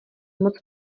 moc